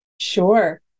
Sure